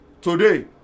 Today